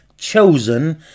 chosen